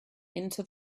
into